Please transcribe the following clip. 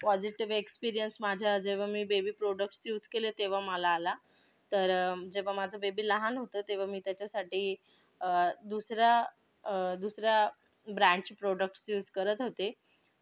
positive experience माझ्या जेव्हा मी बेबी प्रोडक्ट्स युज केले तेव्हा मला आला तर जेव्हा माझं बेबी लहान होतं तेव्हा मी त्याच्यासाठी दुसऱ्या दुसऱ्या ब्रँडचे प्रोडक्टस यूज करत होते